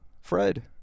Fred